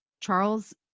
Charles